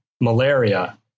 malaria